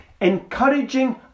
encouraging